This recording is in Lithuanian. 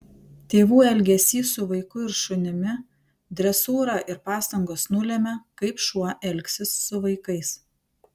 tėvų elgesys su vaiku ir šunimi dresūra ir pastangos nulemia kaip šuo elgsis su vaikais